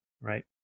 right